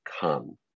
come